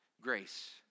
grace